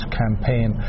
campaign